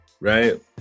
right